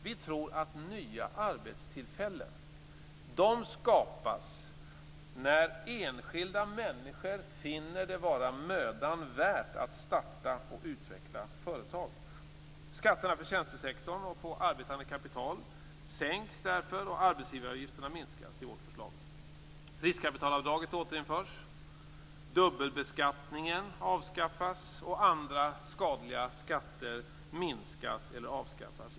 Vi tror att nya arbetstillfällen skapas när enskilda människor finner det vara mödan värt att starta och utveckla företag. Skatterna för tjänstesektorn och på arbetande kapital sänks därför, och arbetsgivaravgifterna minskas i vårt förslag. Riskkapitalavdraget återinförs, dubbelbeskattningen avskaffas och andra skadliga skatter minskas eller avskaffas.